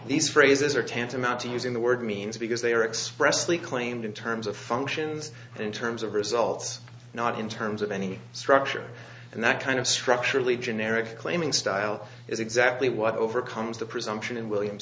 these phrases are tantamount to using the word means because they are expressly claimed in terms of functions in terms of results not in terms of any structure and that kind of structurally generic claiming style is exactly what overcomes the presumption in williams